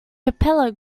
capella